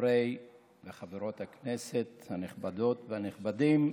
חברי וחברות הכנסת הנכבדות והנכבדים,